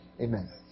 Amen